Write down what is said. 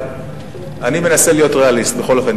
אני מנסה להיות ריאליסט, בכל אופן.